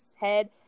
head